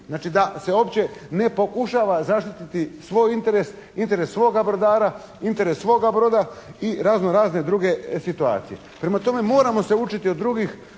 Znači, da se uopće ne pokušava zaštititi svoj interes, interes svoga brodara, interes svoga broda i razno razne druge situacije. Prema tome, moramo se učiti od drugih,